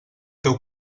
teu